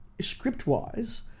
script-wise